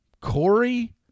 Corey